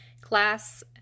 class